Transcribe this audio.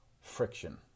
friction